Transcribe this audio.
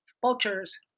Vultures